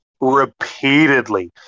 repeatedly